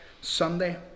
Sunday